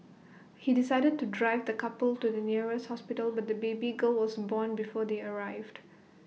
he decided to drive the couple to the nearest hospital but the baby girl was born before they arrived